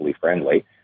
friendly